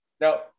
Now